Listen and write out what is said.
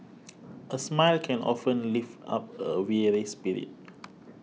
a smile can often lift up a weary spirit